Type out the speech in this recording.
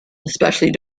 especially